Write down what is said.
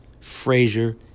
Frazier